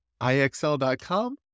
IXL.com